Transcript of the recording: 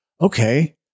Okay